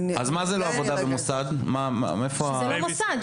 מה זה לא עבודה במוסד?